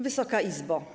Wysoka Izbo!